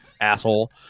asshole